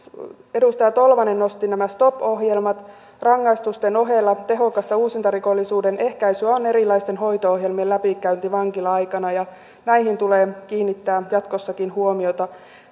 edustaja tolvanen nosti nämä stop ohjelmat rangaistusten ohella tehokasta uusintarikollisuuden ehkäisyä on erilaisten hoito ohjelmien läpikäynti vankila aikana ja näihin tulee kiinnittää jatkossakin huomiota